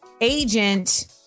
agent